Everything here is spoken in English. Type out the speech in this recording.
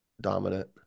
dominant